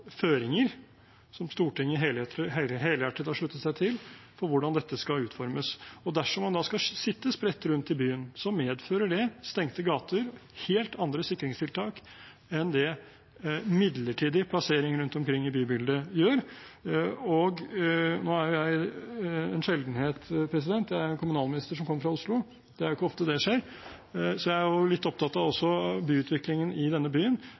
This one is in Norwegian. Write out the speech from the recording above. føringer som Stortinget helhjertet har sluttet seg til, for hvordan dette skal utformes. Dersom man da skal sitte spredt rundt om i byen, medfører det stengte gater, helt andre sikringstiltak enn det midlertidig plassering rundt omkring i bybildet gjør. Nå er jo jeg en sjeldenhet. Jeg er en kommunalminister som kommer fra Oslo – det er ikke ofte det skjer – og jeg er litt opptatt av også byutviklingen i denne byen.